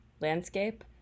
landscape